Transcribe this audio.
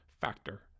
Factor